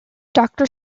doctor